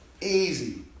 Easy